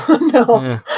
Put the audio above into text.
No